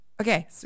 Okay